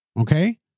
okay